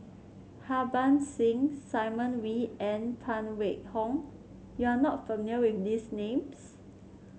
Harbans Singh Simon Wee and Phan Wait Hong You are not familiar with these names